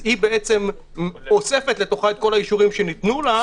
היא אוספת לתוכה את כל האישורים שניתנו לה,